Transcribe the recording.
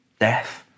death